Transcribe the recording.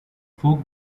folk